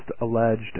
alleged